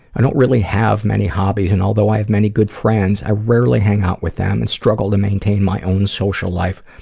i don't really have many hobbies and although i have many good friends, i rarely hang out with them and struggle to maintain my own social life,